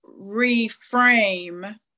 reframe